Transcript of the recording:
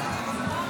חברותיי וחבריי